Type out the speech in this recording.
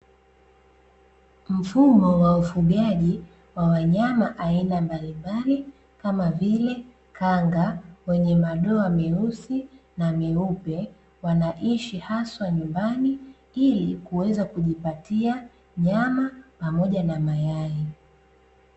Mfumo wa ufugaji wa wanyama aina mbalimbali kama vile kanga wenye madoa meusi na meupe wanaishi haswa nyumbani ili kuweza kujipatia nyama pamoja na mayai.